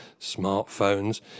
smartphones